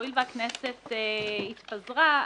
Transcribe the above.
הואיל והכנסת התפזרה,